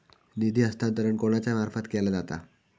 निधी हस्तांतरण कोणाच्या मार्फत केला जाता?